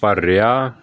ਭਰਿਆ